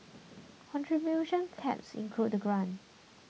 contribution caps include the grant